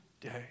day